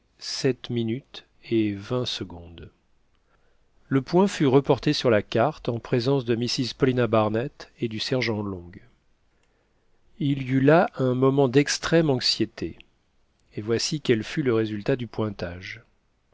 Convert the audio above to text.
le et le point fut reporté sur la carte en présence de mrs paulina barnett et du sergent long il y eut là un moment d'extrême anxiété et voici quel fut le résultat du pointage